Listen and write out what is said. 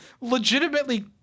legitimately